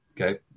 okay